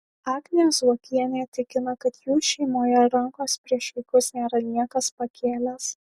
agnė zuokienė tikina kad jų šeimoje rankos prieš vaikus nėra niekas pakėlęs